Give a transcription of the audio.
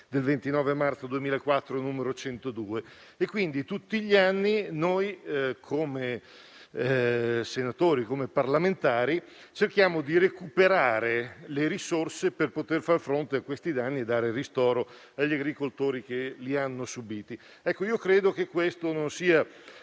del 29 marzo 2004, n. 102. Tutti gli anni, quindi, come parlamentari, cerchiamo di recuperare le risorse per far fronte a questi danni e dare ristoro agli agricoltori che li hanno subiti. Credo che questo non sia